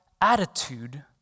attitude